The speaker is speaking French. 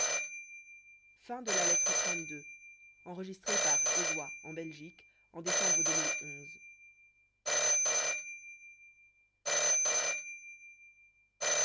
autre lettre de